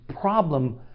problem